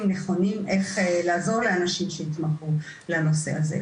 נכונות איך לעזור לאנשים שהתמכרו לנושא הזה.